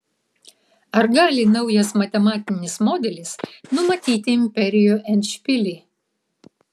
ar gali naujas matematinis modelis numatyti imperijų endšpilį